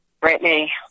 Brittany